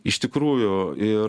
iš tikrųjų ir